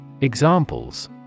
Examples